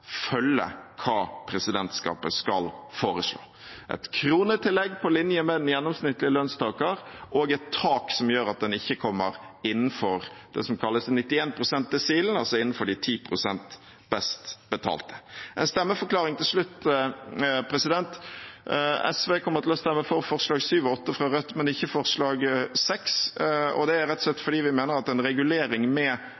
følge hva presidentskapet skal foreslå – et kronetillegg på linje med en gjennomsnittlig lønnstaker og et tak som gjør at en ikke kommer innenfor det som kalles 91-persentilen, altså innenfor de 10 pst. best betalte. En stemmeforklaring til slutt: SV kommer til å stemme for forslagene nr. 7 og 8 fra Rødt, men ikke forslag nr. 6, og det er rett og slett